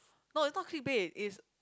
no is not click bait is